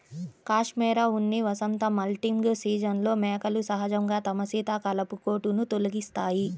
cashmere ఉన్ని వసంత moulting సీజన్లో మేకలు సహజంగా తమ శీతాకాలపు కోటును తొలగిస్తాయి